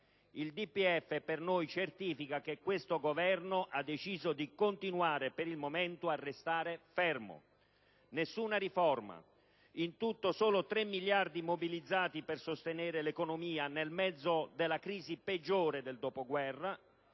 Il DPEF per noi certifica che questo Governo ha deciso di continuare per il momento a restare fermo. Nessuna riforma, in tutto solo 3 miliardi mobilizzati per sostenere l'economia nel mezzo della crisi peggiore del dopoguerra.